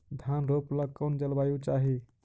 धान रोप ला कौन जलवायु चाही?